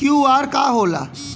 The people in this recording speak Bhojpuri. क्यू.आर का होला?